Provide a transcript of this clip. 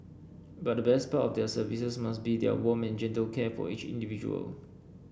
but the best part of their services must be their warm and gentle care for each individual